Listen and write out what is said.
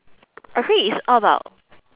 actually it's all about